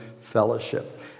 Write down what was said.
Fellowship